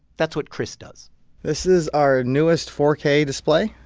that's what chris does this is our newest four k display,